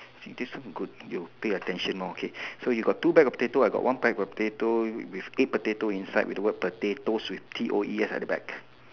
this one good you pay attention more okay so you got two bag of potato I got one bag of potato with eight potato inside with the word potato with T O E S at the back